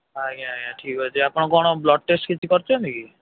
ଆଜ୍ଞା ଆଜ୍ଞା ଠିକ୍ ଅଛି ଆପଣ କ'ଣ ବ୍ଲଡ଼୍ ଟେଷ୍ଟ କିଛି କରିଛନ୍ତି କି